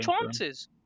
chances